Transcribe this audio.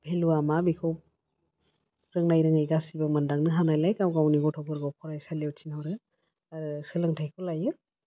भेलुवा मा बेखौ रोंनाय रोङै गासिबो मोनदांनो हानायलाय गाव गावनि गथ'फोरखौ फरायसालियाव थिनहरो आरो सोलोंथाइखौ लायो